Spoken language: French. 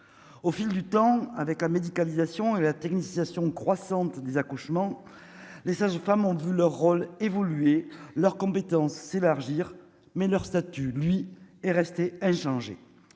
au fil du temps avec la médicalisation et la technicisation croissante des accouchements, les sages-femmes ont vu leur rôle évoluer leurs compétences élargir mais leur statut lui est resté inchangé